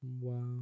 Wow